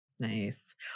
Nice